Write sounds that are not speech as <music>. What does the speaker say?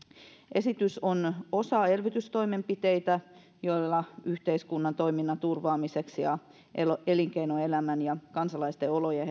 esitys on osa elvytystoimenpiteitä joilla yhteiskunnan toiminnan turvaamista ja elinkeinoelämän ja kansalaisten oloja <unintelligible>